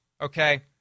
Okay